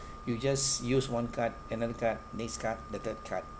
you just use one card another card this card then that card